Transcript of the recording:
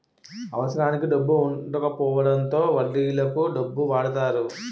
అవసరానికి డబ్బు వుండకపోవడంతో వడ్డీలకు డబ్బు వాడతారు